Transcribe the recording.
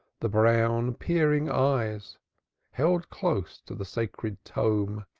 the brown peering eyes held close to the sacred tome,